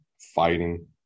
fighting